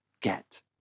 get